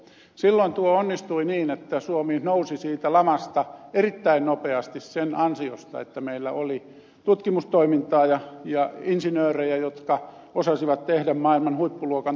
silloin tuo onnistui niin että suomi nousi siitä lamasta erittäin nopeasti sen ansiosta että meillä oli tutkimustoimintaa ja insinöörejä jotka osasivat tehdä maailman huippuluokan tuotteita